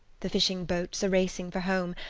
the fishing-boats are racing for home,